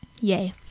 yay